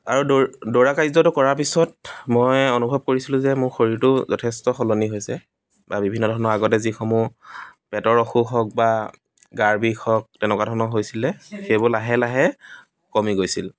আৰু দৌৰ দৌৰা কাৰ্যটো কৰাৰ পিছত মই অনুভৱ কৰিছিলোঁ যে মোৰ শৰীৰটো যথেষ্ট সলনি হৈছে বা বিভিন্ন ধৰণে আগতে যিসমূহ পেটৰ অসুখ হওক বা গাৰ বিষ হওক তেনেকুৱা ধৰণৰ হৈছিলে সেইবোৰ লাহে লাহে কমি গৈছে